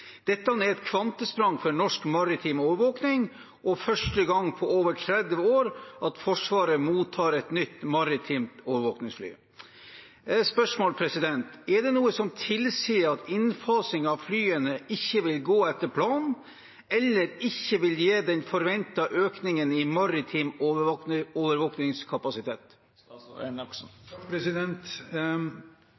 Dette er et kvantesprang for norsk maritim overvåking, og første gang på over 30 år at Forsvaret mottar et nytt maritimt overvåkingsfly. Er det noe som tilsier at innfasing av flyene ikke vil gå etter planen, eller ikke vil gi den forventede økningen i maritim overvåkingskapasitet?»